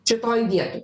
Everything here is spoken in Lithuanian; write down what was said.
šitoj vietoj